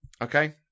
Okay